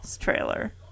trailer